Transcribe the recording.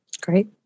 Great